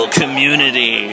community